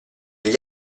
gli